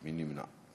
מי נמנע?